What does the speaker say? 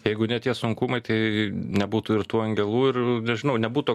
jeigu ne tie sunkumai tai nebūtų ir tų angelų ir nežinau nebūtų